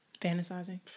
Fantasizing